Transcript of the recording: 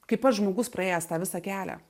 kaip pats žmogus praėjęs tą visą kelią